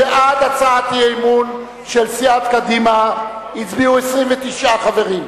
בעד הצעת האי-אמון של סיעת קדימה הצביעו 29 חברים,